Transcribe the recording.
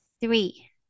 three